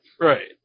Right